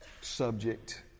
subject